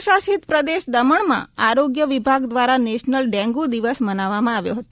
કેન્દ્ર શાસિત પ્ર દેશ દમણમાં આરોગ્ય વિભાગ દ્રારા નેશનલ ડેંગુ દિવસ મનાવામાં આવ્યો છે